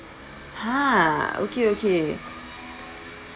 !huh! okay okay